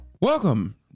Welcome